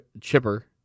Chipper